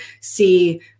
see